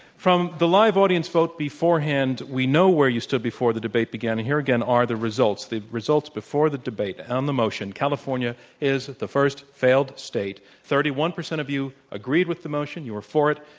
from the live audience vote beforehand, we know where you stood before the debate began, here again are the results, the results before the debate on the motion, california is the first failed state, thirty one percent of you agreed with the motion, you were for it,